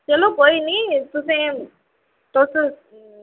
चलो कोई निं तुसें ई तुस